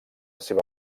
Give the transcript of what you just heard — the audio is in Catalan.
seva